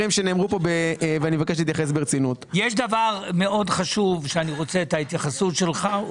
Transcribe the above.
דבר מאוד חשוב שאני רוצה את ההתייחסות שלך.